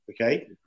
okay